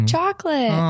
Chocolate